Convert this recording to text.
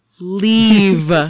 leave